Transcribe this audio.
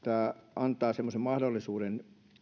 antaa semmoisen mahdollisuuden